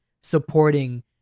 supporting